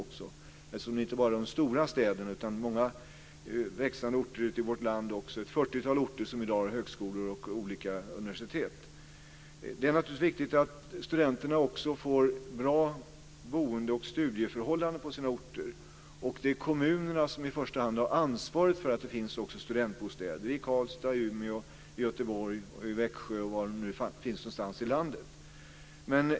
Den gäller inte bara stora städer utan också många växande orter i vårt land. Det är ett fyrtiotal orter som har högskolor och olika universitet. Det är naturligtvis viktigt att studenterna också får bra boende och studieförhållanden på sina orter. Det är kommunerna som i första hand har ansvaret för att det finns också studentbostäder i Karlstad, Umeå, Göteborg, Växjö eller var det nu kan vara någonstans i landet.